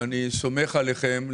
ואני סומך עליכם.